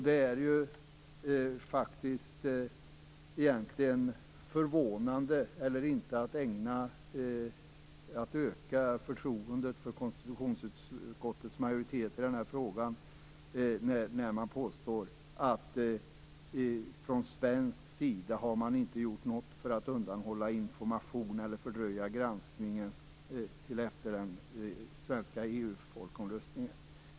Det är faktiskt inte ägnat att öka förtroendet för konstitutionsutskottets majoritet i den här frågan att påstå att man från svensk sida inte har gjort någonting för att undanhålla information eller fördröja granskningen till efter den svenska EU folkomröstningen.